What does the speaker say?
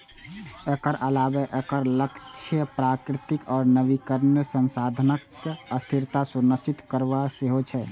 एकर अलावे एकर लक्ष्य प्राकृतिक आ नवीकरणीय संसाधनक स्थिरता सुनिश्चित करब सेहो छै